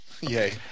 Yay